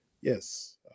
yes